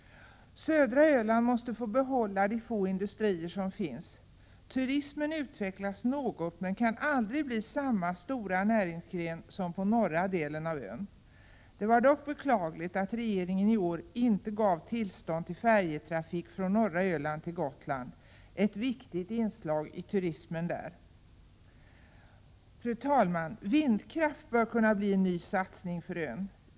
Södra Öland måste få behålla de få industrier som finns. Turismen utvecklas något men kan aldrig bli samma stora näringsgren som på norra delen av ön. Det är dock beklagligt att regeringen i år inte gett tillstånd till färjetrafik från norra Öland till Gotland, ett viktigt inslag i turismen där. Fru talman! Vindkraft bör kunna bli en ny satsning för ön.